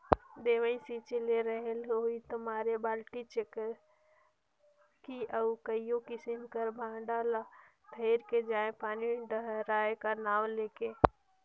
दवई छिंचे ले रहेल ओदिन मारे बालटी, डेचकी अउ कइयो किसिम कर भांड़ा ल धइर के जाएं पानी डहराए का नांव ले के